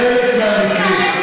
בחלק מהמקרים.